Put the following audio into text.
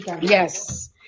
Yes